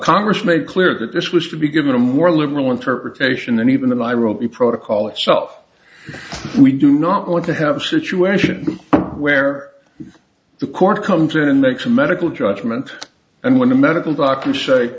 congress made clear that this was should be given a more liberal interpretation and even the nairobi protocol itself we do not want to have a situation where the court comes in and makes a medical judgment and when the medical doctors say